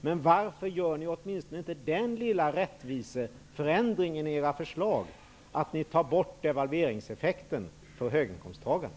Men varför gör ni inte åtminstone den lilla rättviseförändringen i era förslag att ni tar bort devalveringseffekten för höginkomsttagarna?